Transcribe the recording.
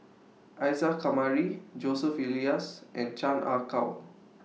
Isa Kamari Joseph Elias and Chan Ah Kow